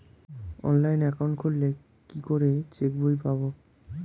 Online account খুললে কি করে চেক বই পাব?